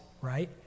right